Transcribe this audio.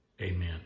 amen